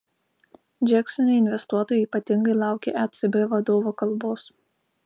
džeksone investuotojai ypatingai laukė ecb vadovo kalbos